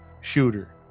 shooter